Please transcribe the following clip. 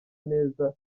neza